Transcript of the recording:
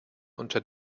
unter